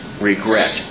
regret